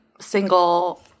single